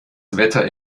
wetter